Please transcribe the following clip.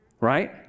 Right